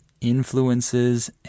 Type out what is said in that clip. influences